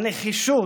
הנחישות,